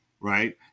right